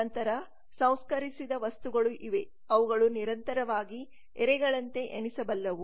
ನಂತರ ಸಂಸ್ಕರಿಸಿದ ವಸ್ತುಗಳು ಇವೆ ಅವುಗಳು ನಿರಂತರವಾಗಿ ಎರೆಗಳಂತೆ ಎಣಿಸಬಲ್ಲವು